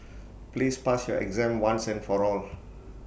please pass your exam once and for all